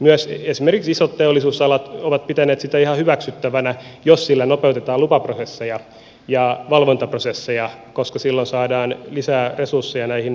myös esimerkiksi isot teollisuudenalat ovat pitäneet sitä ihan hyväksyttävänä jos sillä nopeutetaan lupaprosesseja ja valvontaprosesseja koska silloin saadaan lisää resursseja näihin henkilöstöihin